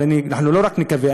אבל לא רק נקווה,